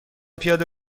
پیاده